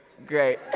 Great